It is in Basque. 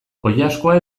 oilaskoa